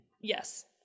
yes